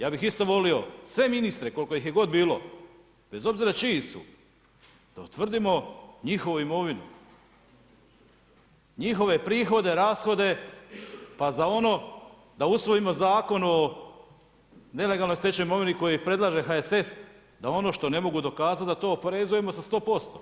Ja bih isto volio sve ministre, koliko ih je god bilo, bez obzira čiji su, da utvrdimo njihovu imovinu, njihove prihode, rashode, pa za ono, da usvojimo zakon o nelegalnoj stečenoj imovini, koju predlaže HSS da ono što ne mogu dokazati, da to oporezujemo sa 100%